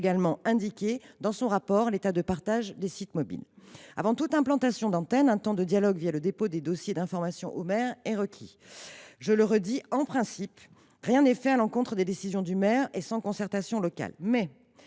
indiquer, dans un rapport, l’état de partage des sites mobiles. De plus, avant toute implantation d’antenne, un temps de dialogue le dépôt des dossiers d’informations au maire est requis. En principe, rien n’est fait à l’encontre des décisions du maire et sans concertation locale.